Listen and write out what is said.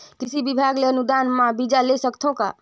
कृषि विभाग ले अनुदान म बीजा ले सकथव का?